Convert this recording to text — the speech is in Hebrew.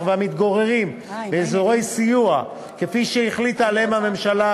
והמתגוררים באזורי סיוע שהחליטה עליהם הממשלה,